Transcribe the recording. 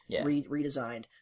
redesigned